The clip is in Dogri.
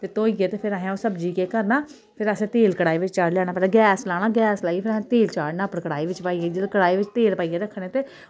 ते धोइयै ते फिर असै ओह् सब्जी गी केह् करना फिर असैं तेल कड़ाही बिच चाढ़ी लैना पैह्लें गैस लाना गैस लाइयै फ्ही असें चाढ़ना उप्पर कड़ाही विच पाइयै जेल्लै कड़ाही विच तेल पाइयै रक्खने ते